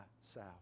south